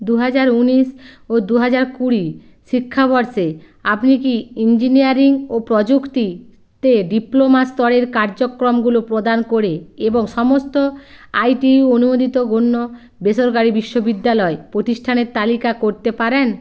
দু হাজার উনিশ ও দু হাজার কুড়ি শিক্ষাবর্ষে আপনি কি ইঞ্জিনিয়ারিং ও প্রযুক্তিতে ডিপ্লোমা স্তরের কার্যক্রমগুলো প্রদান করে এবং সমস্ত আইটিইউ অনুমোদিত গণ্য বেসরকারি বিশ্ববিদ্যালয় প্রতিষ্ঠানের তালিকা করতে পারেন